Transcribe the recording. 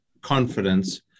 confidence